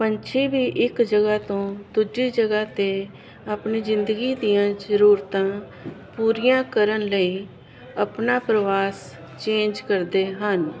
ਪੰਛੀ ਵੀ ਇੱਕ ਜਗ੍ਹਾ ਤੋਂ ਦੂਜੀ ਜਗ੍ਹਾ ਤੇ ਆਪਣੀ ਜ਼ਿੰਦਗੀ ਦੀਆਂ ਜਰੂਰਤਾਂ ਪੂਰੀਆਂ ਕਰਨ ਲਈ ਆਪਣਾ ਪਰਿਵਾਸ ਚੇਂਜ ਕਰਦੇ ਹਨ